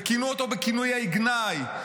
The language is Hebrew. וכינו אותו בכינויי גנאי,